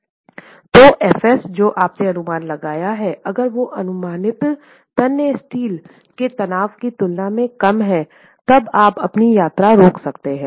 तो fs जो आपने अनुमान लगाया हैं अगर वो अनुमति तन्य स्टील के तनाव की तुलना में कम है तब आप अपनी यात्रा रोक सकते हैं